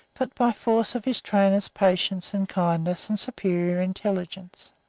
but by force of his trainer's patience and kindness and superior intelligence.